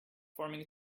forming